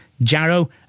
Jarrow